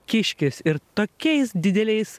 kiškis ir tokiais dideliais